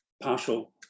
partial